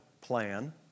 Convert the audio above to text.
plan